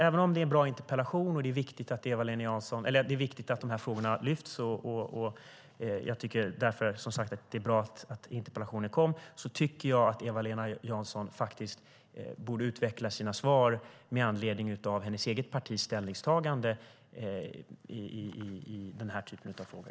Även om det är en bra interpellation och det är viktigt att de här frågorna tas upp tycker jag att Eva-Lena Jansson borde utveckla sina svar med anledning av hennes eget partis ställningstagande i den här typen av frågor.